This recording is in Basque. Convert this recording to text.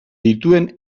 dituen